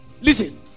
listen